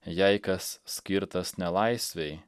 jei kas skirtas nelaisvei